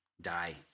die